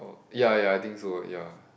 ya ya I think so ya